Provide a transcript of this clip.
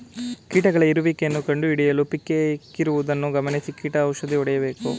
ಕೀಟಗಳ ಇರುವಿಕೆಯನ್ನು ಕಂಡುಹಿಡಿಯಲು ಪಿಕ್ಕೇ ಇಕ್ಕಿರುವುದನ್ನು ಗಮನಿಸಿ ಕೀಟ ಔಷಧಿ ಹೊಡೆಯಬೇಕು